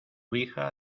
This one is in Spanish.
hija